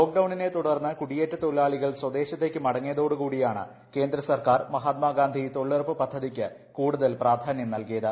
ലോക് ഡൌണിനെ തുടർന്ന് കുടിയേറ്റ തൊഴിലാളികൾ സ്വദേശത്തേക്ക് മടങ്ങിയതോടെ കൂടിയാണ് കേന്ദ്രസർക്കർ മഹാത്മാഗാന്ധി തൊഴിലുറപ്പ് പദ്ധതിക്ക് കൂടുതൽ പ്രാധാന്യം നൽകിയത്